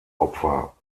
opfer